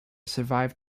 survived